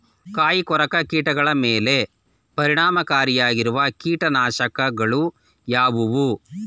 ಕಾಯಿಕೊರಕ ಕೀಟಗಳ ಮೇಲೆ ಪರಿಣಾಮಕಾರಿಯಾಗಿರುವ ಕೀಟನಾಶಗಳು ಯಾವುವು?